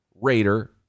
Raider